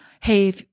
Hey